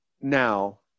now